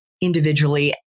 individually